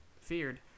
feared